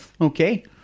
Okay